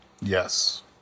Yes